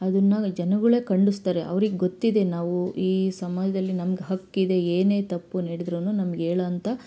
ಅದನ್ನ ಜನುಗಳೆ ಖಂಡಿಸ್ತಾರೆ ಅವ್ರಿಗೆ ಗೊತ್ತಿದೆ ನಾವು ಈ ಸಮಾಜದಲ್ಲಿ ನಮ್ಗೆ ಹಕ್ಕಿದೆ ಏನೇ ತಪ್ಪು ನಡೆದ್ರು ನಮ್ಗೆ ಹೇಳ ಅಂತ